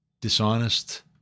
dishonest